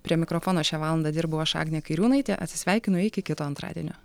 prie mikrofono šią valandą dirbau aš agnė kairiūnaitė atsisveikinu iki kito antradienio